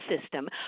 system